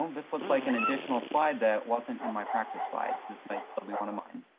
um this looks like an additional slide that wasn't in my practice slides. this might still be one of mine.